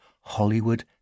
Hollywood